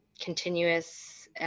continuous